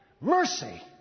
mercy